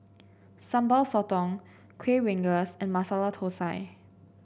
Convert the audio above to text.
Sambal Sotong Kuih Rengas and Masala Thosai